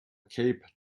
cape